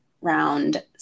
round